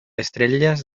estrellas